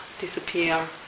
disappear